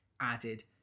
added